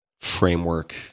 framework